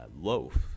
loaf